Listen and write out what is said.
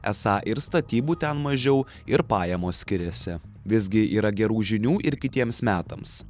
esą ir statybų ten mažiau ir pajamos skiriasi visgi yra gerų žinių ir kitiems metams